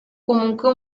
comunque